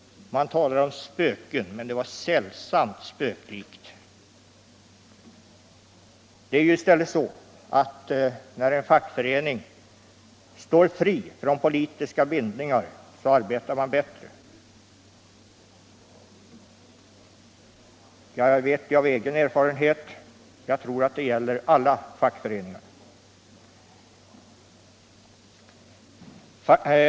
Man talar om spöken; det uttalandet var sällsamt spöklikt. Det är i stället så att när en fackförening står fri från politiska bindningar arbetar den bättre. Jag vet det av egen erfarenhet, och jag tror att det gäller alla fackföreningar.